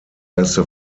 erste